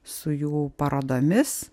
su jų parodomis